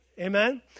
Amen